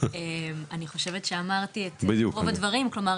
אני חושבת שאמרתי את רוב הדברים, כלומר